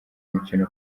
mukino